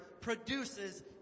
produces